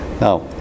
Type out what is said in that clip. now